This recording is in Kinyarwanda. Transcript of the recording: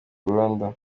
burundu